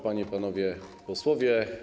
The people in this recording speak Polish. Panie i Panowie Posłowie!